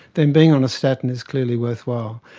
then being on a statin is clearly worthwhile.